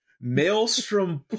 Maelstrom